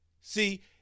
See